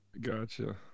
Gotcha